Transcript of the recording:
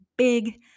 big